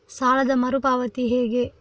ಸಾಲದ ಮರು ಪಾವತಿ ಹೇಗೆ?